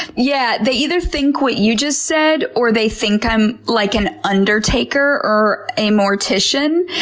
yeah, they either think what you just said, or they think i'm, like, an undertaker, or a mortician,